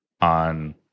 on